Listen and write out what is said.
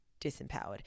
disempowered